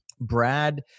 Brad